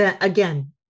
again